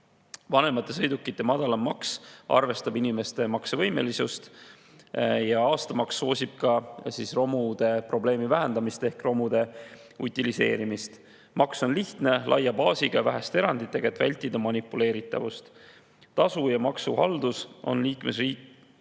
Vanemate sõidukite madalam maks arvestab inimeste maksevõimelisust. Aastamaks soosib romude probleemi vähendamist ehk romude utiliseerimist. Maks on lihtne, laia baasiga ja väheste eranditega, et vältida manipuleeritavust. Tasu ja maksuhaldus on liiklusregistri